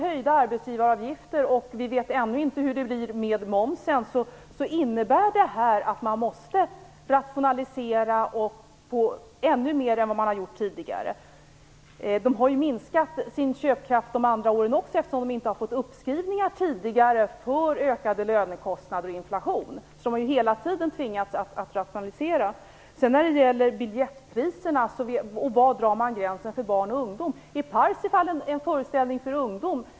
Höjda arbetsgivaravgifter - och vi vet ännu inte hur det blir med momsen - innebär att man måste rationalisera ännu mer än vad man tidigare har gjort. Man har ju minskat sin köpkraft även under de andra åren, eftersom man tidigare inte har fått uppskrivningar för ökade lönekostnader och inflation. Man har ju hela tiden tvingats att rationalisera. Var drar man gränsen för barn och ungdom när det gäller biljettpriserna? Är Parsifal en föreställning för ungdom?